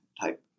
type